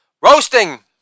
Roasting